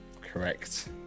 Correct